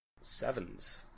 Sevens